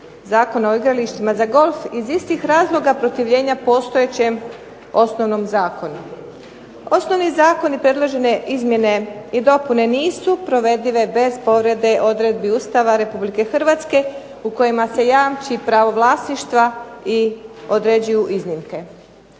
Zakona o igralištima za golf iz istih razloga protivljenja postojećem osnovnom zakonu. Osnovni zakon predložene izmjene i dopune nisu provedive bez povrede odredbi Ustava Republike Hrvatske u kojima se jamči pravo vlasništva i određuju iznimke.